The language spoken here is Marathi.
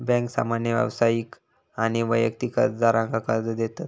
बँका सामान्य व्यावसायिक आणि वैयक्तिक कर्जदारांका कर्ज देतत